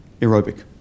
aerobic